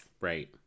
Right